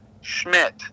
Schmidt